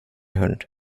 hund